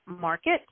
market